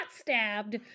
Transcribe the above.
stabbed